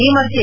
ಈ ಮಧ್ಯೆ